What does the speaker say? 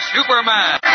Superman